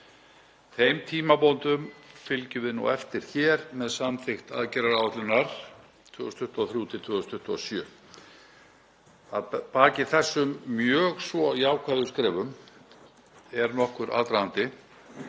Þeim tímamótum fylgjum við eftir hér með samþykkt aðgerðaáætlunar 2023–2027. Að baki þessum mjög svo jákvæðu skrefum er nokkur aðdragandi